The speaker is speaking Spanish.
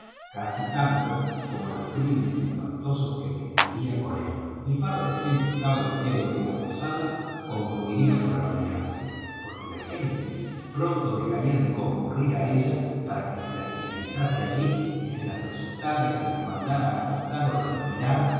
casi tanto como los crímenes espantosos que describía con él mi padre siempre estaba diciendo que la posada concluiría por arruinarse porque las gentes pronto dejarían de concurrir á ella para que se las tiranizase allí y se las asustara y se las mandara á acostar horripiladas